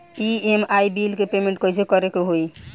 EMI bill के payment कइसे करे के होई?